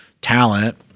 talent